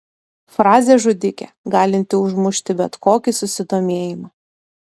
frazė žudikė galinti užmušti bet kokį susidomėjimą